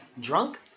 Drunk